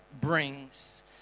brings